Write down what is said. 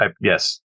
Yes